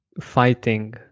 fighting